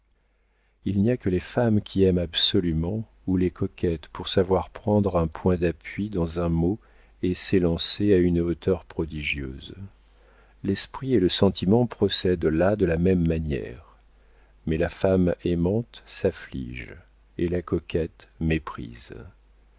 il n'y a que les femmes qui aiment absolument ou les coquettes pour savoir prendre un point d'appui dans un mot et s'élancer à une hauteur prodigieuse l'esprit et le sentiment procèdent là de la même manière mais la femme aimante s'afflige et la coquette méprise